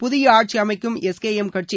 புதிய ஆட்சியஸமக்கும் எஸ்கேளம் கட்சி